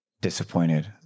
disappointed